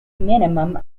minimum